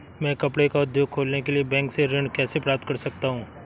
मैं कपड़े का उद्योग खोलने के लिए बैंक से ऋण कैसे प्राप्त कर सकता हूँ?